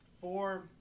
four